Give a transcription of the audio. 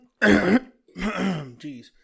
Jeez